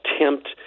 attempt